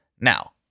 now